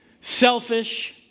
selfish